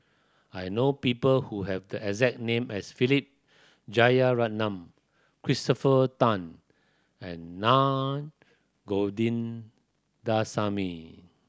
I know people who have the exact name as Philip Jeyaretnam Christopher Tan and Naa Govindasamy